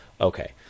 okay